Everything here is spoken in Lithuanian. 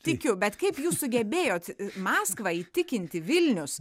tikiu bet kaip jūs sugebėjot maskvą įtikinti vilnius